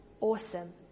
awesome